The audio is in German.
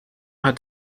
hat